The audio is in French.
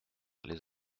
les